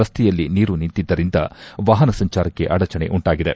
ರಸ್ತೆಯಲ್ಲಿ ನೀರು ನಿಂತಿದ್ದರಿಂದ ವಾಹನ ಸಂಚಾರಕ್ಕೆ ಅಡಚಣೆ ಉಂಟಾಗಿದೆ